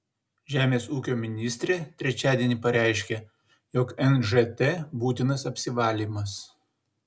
žemės ūkio ministrė trečiadienį pareiškė jog nžt būtinas apsivalymas